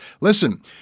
Listen